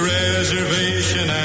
reservation